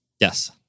Yes